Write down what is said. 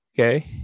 Okay